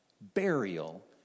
burial